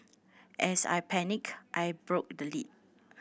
as I panicked I broke the lid